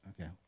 Okay